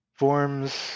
Forms